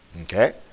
Okay